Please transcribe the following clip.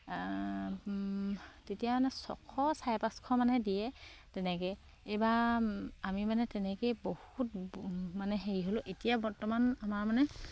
তেতিয়া মানে ছশ চাৰে পাঁচশ মানে দিয়ে তেনেকে এইবাৰ আমি মানে তেনেকেই বহুত মানে হেৰি হ'লোঁ এতিয়া বৰ্তমান আমাৰ মানে